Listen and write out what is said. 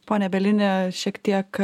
pone bielini šiek tiek